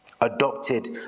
adopted